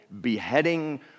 beheading